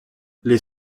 les